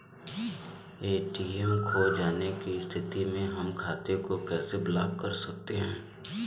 ATM खो जाने की स्थिति में हम खाते को कैसे ब्लॉक कर सकते हैं?